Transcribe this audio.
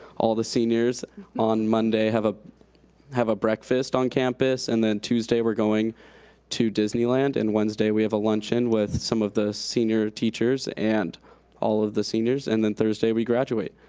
all the seniors on monday have ah have a breakfast on campus. and then tuesday, we're going to disneyland, and wednesday we have a luncheon with some of the senior teachers and all of the seniors. and then thursday, we graduate.